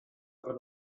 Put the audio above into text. aber